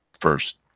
first